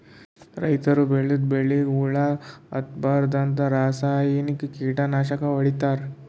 ರೈತರ್ ಬೆಳದಿದ್ದ್ ಬೆಳಿಗೊಳಿಗ್ ಹುಳಾ ಹತ್ತಬಾರ್ದ್ಂತ ರಾಸಾಯನಿಕ್ ಕೀಟನಾಶಕ್ ಹೊಡಿತಾರ್